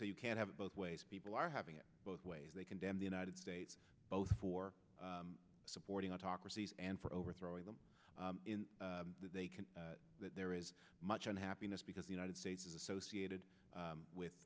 say you can't have it both ways people are having it both ways they condemn the united states both for supporting autocracies and for overthrowing them in that they can but there is much unhappiness because the united states is associated with